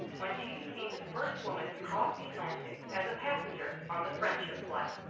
when she became the first woman to cross the atlantic as a passenger on the friendship flight.